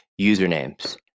usernames